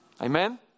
Amen